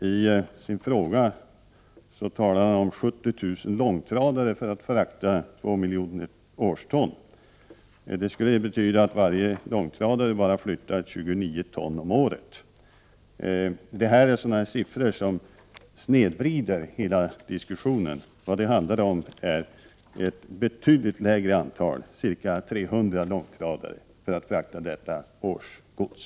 I sin fråga talar han om 70 000 långtradare för att frakta 2 miljoner årston. Det skulle betyda att varje långtradare transporterar bara 29 ton om året. Sådana siffror snedvrider hela diskussionen. Vad det handlar om är ett betydligt mindre antal långtradare, cirka 300, för att frakta detta årsgods.